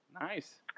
Nice